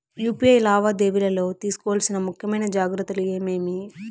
UPI లావాదేవీలలో తీసుకోవాల్సిన ముఖ్యమైన జాగ్రత్తలు ఏమేమీ?